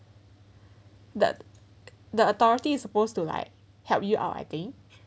that the authorities supposed to like help you out I think